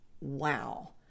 Wow